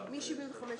6 נגד,